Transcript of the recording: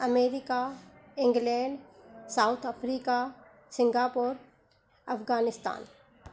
America England South Africa Singapore Afghanistan